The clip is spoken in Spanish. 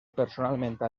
personalmente